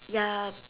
ya